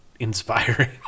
inspiring